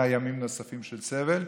100 ימים נוספים של סבל,